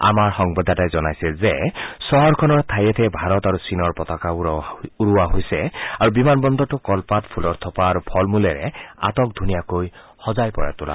আমাৰ সংবাদদাতাই জনাইছে যে চহৰখনৰ ঠায়ে ঠায়ে ভাৰত আৰু চীনৰ পতাকা উৰুওৱা হৈছে আৰু বিমান বন্দৰটো কলপাত ফুলৰ থোপা আৰু ফলমূলেৰে আটক ধুনীয়াকৈ সজাই পৰাই তোলা হৈছে